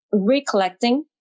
recollecting